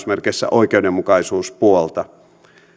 oikeudenmukaisuuspuolta